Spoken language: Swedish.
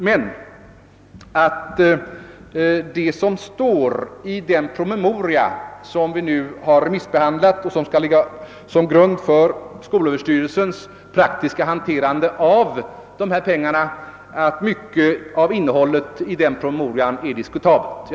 Men mycket av innehållet i den promemoria som nu remissbehandlats och som skall ligga till grund för skolöverstyrelsens praktiska hanterande av dessa pengar är enligt herr Nordstrandh diskutabelt.